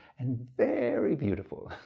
and very beautiful!